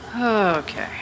Okay